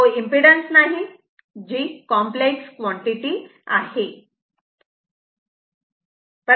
तो इम्पीडन्स नाही जी कॉम्प्लेक्स कॉन्टिटी आहे